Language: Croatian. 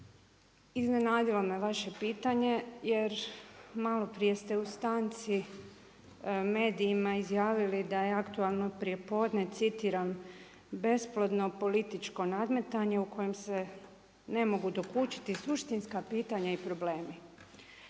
Iznenadilo me vaše pitanje jer malo prije ste u stanci medijima izjavili da je aktualno prijepodne citiram, besplatno političko nadmetanje u kojem se ne mogu dokučiti suštinska pitanja i problemi.